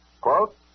Quote